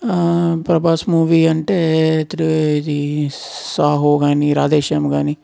Prabhas movie అంటే three ఇది సాహో కాని రాధేశ్యామ్ కాని